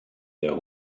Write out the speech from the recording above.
their